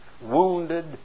wounded